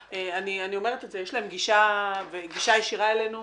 יש להם גישה ישירה אלינו